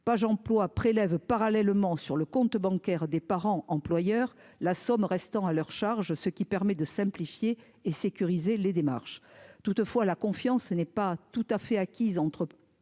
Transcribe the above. Pajemploi prélève parallèlement sur le compte bancaire des parents employeurs la somme restant à leur charge, ce qui permet de simplifier et sécuriser les démarches toutefois la confiance, ce n'est pas tout à fait acquise entre